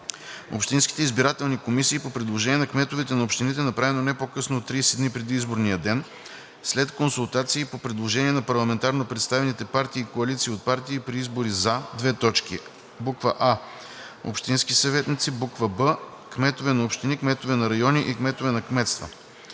общинските избирателни комисии по предложение на кметовете на общините, направено не по-късно от 30 дни преди изборния ден, след консултации и по предложение на парламентарно представените партии и коалиции от партии, при избори за: а) общински съветници; б) кметове на общини, кметове на райони и кметове на кметства.